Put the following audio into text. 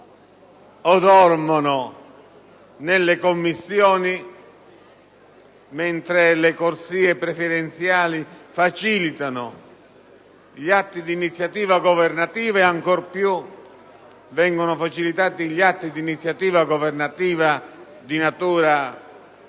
o dormono nelle Commissioni, mentre le corsie preferenziali facilitano gli atti d'iniziativa governativa. Ancor più vengono agevolati gli atti di iniziativa governativa come quello